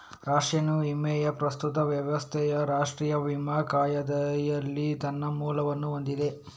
ರಾಷ್ಟ್ರೀಯ ವಿಮೆಯ ಪ್ರಸ್ತುತ ವ್ಯವಸ್ಥೆಯು ರಾಷ್ಟ್ರೀಯ ವಿಮಾ ಕಾಯಿದೆಯಲ್ಲಿ ತನ್ನ ಮೂಲವನ್ನು ಹೊಂದಿದೆ